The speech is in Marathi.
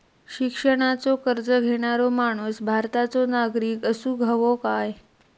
शिक्षणाचो कर्ज घेणारो माणूस भारताचो नागरिक असूक हवो काय?